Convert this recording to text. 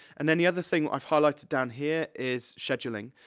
and then the other thing i've highlight down here is scheduling.